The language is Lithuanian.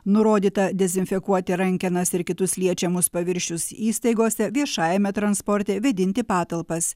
nurodyta dezinfekuoti rankenas ir kitus liečiamus paviršius įstaigose viešajame transporte vėdinti patalpas